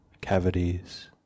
cavities